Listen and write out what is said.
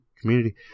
community